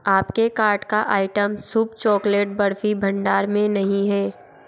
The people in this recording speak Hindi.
आपके कार्ट का आइटम शुभ चॉकलेट बर्फ़ी भंडार में नहीं है